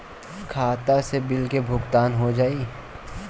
खाता से बिल के भुगतान हो जाई?